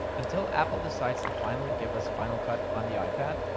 until apple decides to finally give us final cut on the ipad,